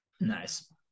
Nice